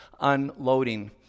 unloading